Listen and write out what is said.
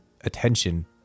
attention